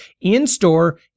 in-store